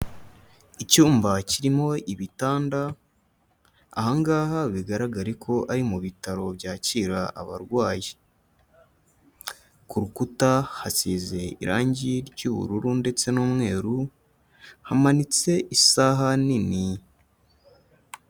Icyumba kirimo ibitanda, aha ngaha bigaragare ko ari mu bitaro byakira abarwayi, ku rukuta hasize irangi ry'ubururu ndetse n'umweru, hamanitse isaha nini.